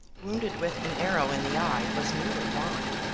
wounded with an arrow in the eye, was nearly blind.